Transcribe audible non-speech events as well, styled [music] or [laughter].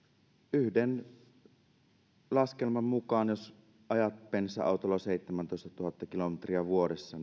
yhden laskelman mukaan on niin että jos ajat bensa autolla seitsemäntoistatuhatta kilometriä vuodessa [unintelligible]